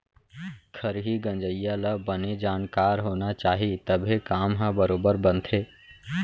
खरही गंजइया ल बने जानकार होना चाही तभे काम ह बरोबर बनथे